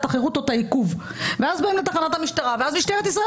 החירות או את העיכוב ואז באים לתחנת המשטרה ומשטרת ישראל